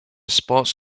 sports